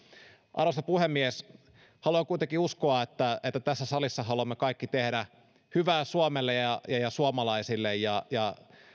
arvoisa puhemies haluan kuitenkin uskoa että tässä salissa haluamme kaikki tehdä hyvää suomelle ja ja suomalaisille ja ja